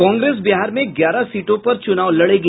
कांग्रेस बिहार में ग्यारह सीटों पर चुनाव लड़ेगी